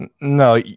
No